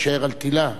היא תישאר על תלה,